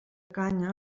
canya